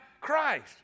Christ